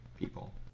people